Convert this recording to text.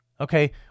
okay